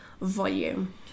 volume